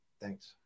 Thanks